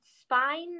spine